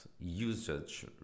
usage